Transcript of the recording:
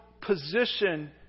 position